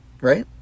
Right